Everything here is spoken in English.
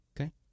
Okay